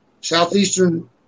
Southeastern